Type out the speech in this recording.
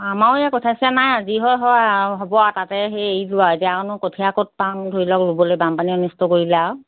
আমাৰো ইয়াত কঠীয়া চঠীয়া নাই আৰু যি হয় হয় আৰু হ'ব আৰু তাতে সেই এৰিলোঁ আৰু এতিয়া আৰুনো কঠীয়া ক'ত পাম ধৰি লোৱা ৰুবলৈ বানপানীয়ে অনিষ্ট কৰিলে আৰু